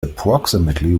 approximately